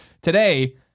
Today